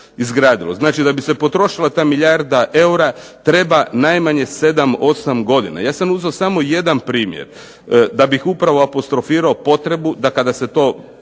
Znači, da bi se potrošila ta milijarda eura treba najmanje sedam, osam godina. Ja sam uzeo samo jedan primjer. Da bih upravo apostrofirao potrebu da kada se to,